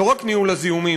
לא רק ניהול הזיהומים,